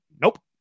nope